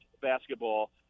basketball